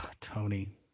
Tony